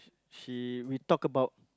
she we talk about